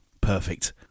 Perfect